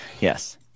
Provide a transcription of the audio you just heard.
yes